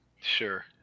Sure